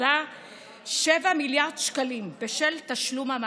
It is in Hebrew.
1.007 מיליארד שקלים בשל תשלום המענקים.